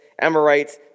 Amorites